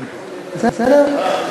בסדר?